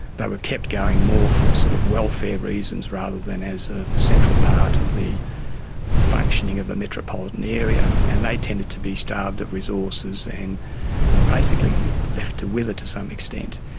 they were kept going more for sort of welfare reasons rather than as a central part of the functioning of the metropolitan area. and they tended to be starved of resources and basically left to wither to some extent.